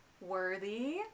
worthy